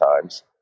times